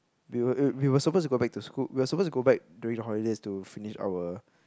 we were we we were suppose to go back to school we were suppose to go back during the holidays to finish our